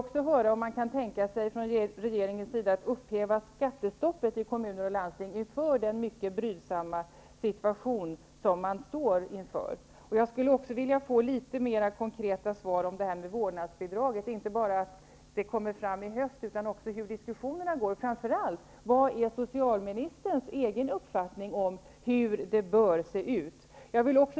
Kan regeringen tänka sig att upphäva skattestoppet i kommuner och landsting inför den mycket brydsamma situation som man står inför? Jag skulle också vilja få litet mera konkreta svar om vårdnadsbidraget, inte bara att det kommer i höst utan också hur diskussionerna går. Vad är socialministerns egen uppfattning om hur det bör se ut?